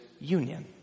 union